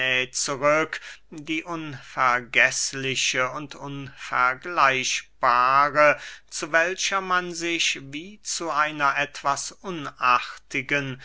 zurück die unvergeßliche und unvergleichbare zu welcher man sich wie zu einer etwas unartigen